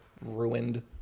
ruined